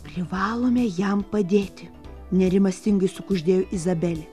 privalome jam padėti nerimastingai sukuždėjo izabelė